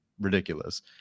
ridiculous